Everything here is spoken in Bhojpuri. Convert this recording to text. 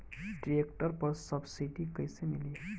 ट्रैक्टर पर सब्सिडी कैसे मिली?